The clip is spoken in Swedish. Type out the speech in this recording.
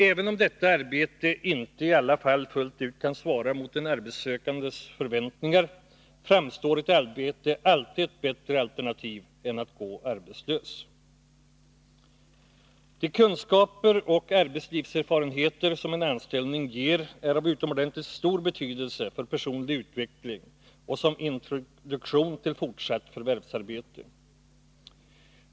Även om detta arbete inte i alla fall fullt ut kan svara mot den arbetssökandes förväntningar, framstår ett arbete alltid som ett bättre alternativ än att gå arbetslös. De kunskaper och arbetslivserfarenheter som en anställning ger är av utomordentligt stor betydelse för personlig utveckling och som introduktion till fortsatt förvärsarbete.